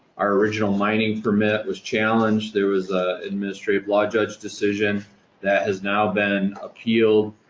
our original mining permit was challenged. there was a administrative law judge decision that has now been appealed.